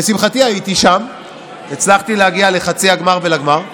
לשמחתי הייתי שם, הצלחתי להגיע לחצי הגמר ולגמר.